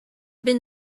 been